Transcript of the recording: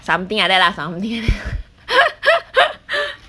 something like that lah something like that lah